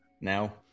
now